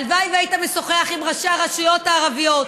הלוואי שהיית משוחח עם ראשי הרשויות הערביות,